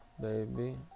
baby